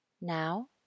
Now